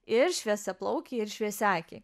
ir šviesiaplaukiai ir šviesiaakiai